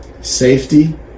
safety